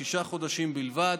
בשישה חודשים בלבד,